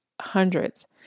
hundreds